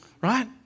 right